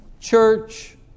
church